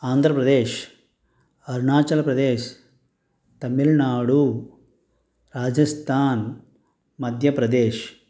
Andhra Pradesh Arunachal Pradesh Tamil Nadu Rajasthan Madhya Pradesh